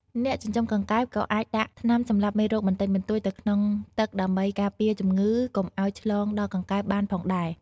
អ្នកចិញ្ចឹមកង្កែបក៏អាចដាក់ថ្នាំសម្លាប់មេរោគបន្តិចបន្តួចទៅក្នុងទឹកដើម្បីការពារជំងឺកុំឲ្យឆ្លងដល់កង្កែបបានផងដែរ។